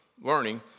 learning